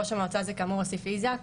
ראש המועצה זה כאמור אסיף איזק.